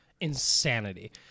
insanity